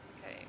Okay